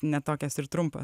ne tokias ir trumpas